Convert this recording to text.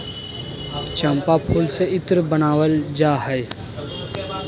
चम्पा फूल से इत्र बनावल जा हइ